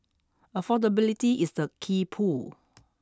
affordability is the key pull